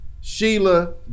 Sheila